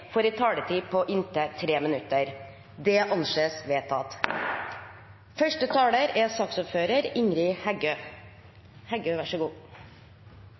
får en taletid på inntil 3 minutter. – Det anses vedtatt.